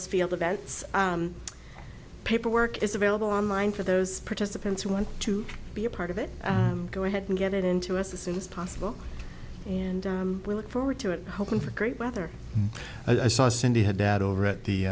as field events paperwork is available online for those participants who want to be a part of it go ahead and get it into us as soon as possible and we look forward to it hoping for great weather i saw cindy had that over at the